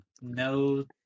no